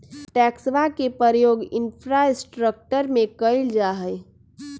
टैक्सवा के प्रयोग इंफ्रास्ट्रक्टर में कइल जाहई